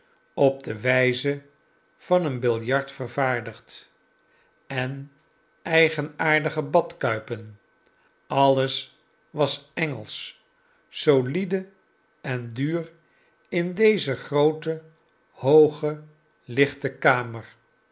op de wijze van een biljart vervaardigd en eigenaardige badkuipen alles was engelsch solide en duur in deze groote hooge en lichte kamer